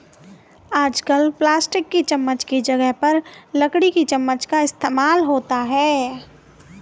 आजकल प्लास्टिक की चमच्च की जगह पर लकड़ी की चमच्च का इस्तेमाल होता है